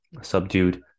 subdued